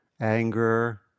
anger